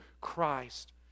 Christ